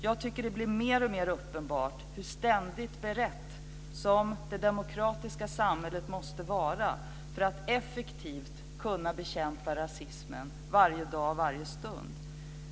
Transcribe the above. Jag tycker att det blir mer och mer uppenbart hur ständigt berett som det demokratiska samhället måste vara för att effektivt kunna bekämpa rasismen varje dag, varje stund.